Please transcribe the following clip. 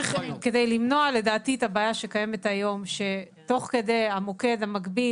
כדי למנוע לדעתי את הבעיה שקיימת היום שתוך כדי המוקד מקביל